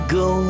go